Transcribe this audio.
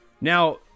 Now